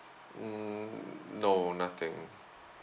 mm no nothing